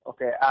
Okay